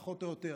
פחות או יותר,